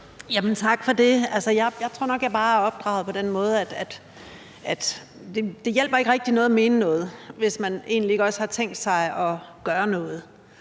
Tak for det. Jeg tror nok, at jeg bare er opdraget på den måde, at det ikke rigtig hjælper noget at mene noget, hvis man egentlig ikke også har tænkt sig at gøre noget.